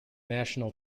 national